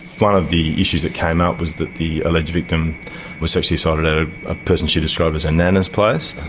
one of the issues that came up was that the alleged victim was sexually assaulted at a ah person she described as her and nana's place.